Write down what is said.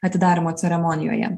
atidarymo ceremonijoje